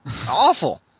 Awful